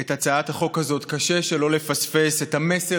את הצעת החוק הזאת קשה שלא לפספס את המסר